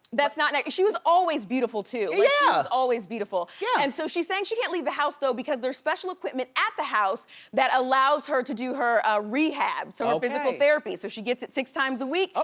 that's not natural, she was always beautiful too. she yeah was always beautiful. yeah and so she's saying she can't leave the house though, because there's special equipment at the house that allows her to do her ah rehab, so her physical therapy. so she gets it six times a week. ah